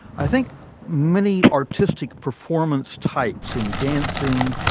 i think many artistic performance types in dancing,